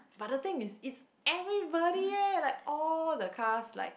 but the thing is it's everybody eh like all the cast like